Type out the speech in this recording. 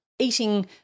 eating